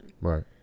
Right